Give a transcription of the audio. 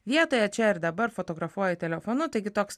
vietoje čia ir dabar fotografuoji telefonu taigi toks